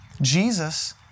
Jesus